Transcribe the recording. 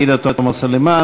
עאידה תומא סלימאן,